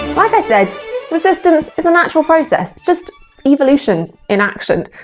like i said resistance is a natural process, it's just evolution in action,